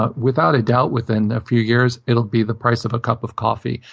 ah without a doubt, within a few years, it'll be the price of a cup of coffee.